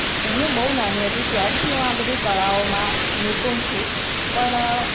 હું બહુ નાની હતી ત્યારથી હું આ બધી કળાઓમાં નિપુણ છું પણ